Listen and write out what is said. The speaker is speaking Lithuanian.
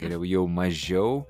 geriau jau mažiau